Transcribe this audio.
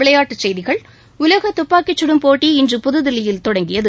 விளையாட்டுச் செய்திகள் உலக துப்பாக்கிச் சுடும் போட்டி இன்று புதுதில்லியில் தொடங்கியது